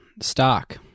stock